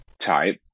type